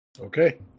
Okay